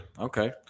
Okay